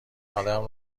ادم